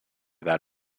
that